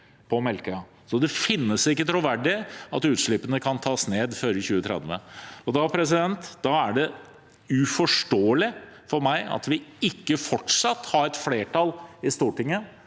Det finnes ikke troverdig at utslippene kan tas ned før i 2030. Da er det uforståelig for meg at vi ikke fortsatt har et flertall i Stortinget,